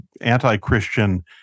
anti-Christian